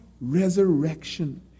resurrection